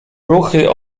ruchy